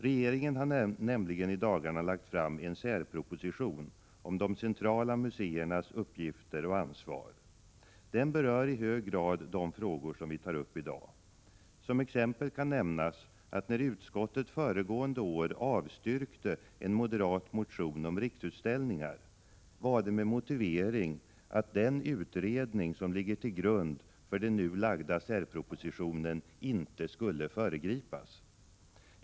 Regeringen har nämligen i dagarna lagt fram en särproposition om de centrala museernas uppgifter och ansvar. Den berör i hög grad de frågor vi tar upp i dag. Som exempel kan nämnas att när utskottet föregående år avstyrkte en moderat motion om Riksutställningar, var det med motivering att den utredning som ligger till grund för den nu framlagda särpropositionen inte skulle föregripas.